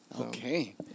Okay